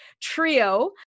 trio